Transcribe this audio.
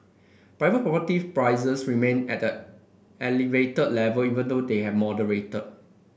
private property prices remained at an elevated level even though they have moderated